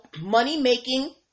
money-making